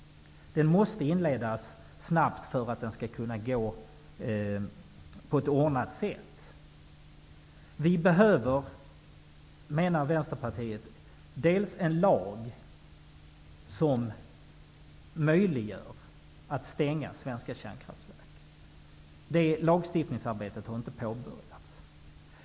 Den måste inledas snabbt för att den skall kunna ske på ett ordnat sätt. Vänsterpartiet menar att vi behöver en lag som möjliggör en stängning av svenska kärnkraftverk. Det lagstiftningsarbetet har inte påbörjats.